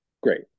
great